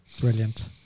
Brilliant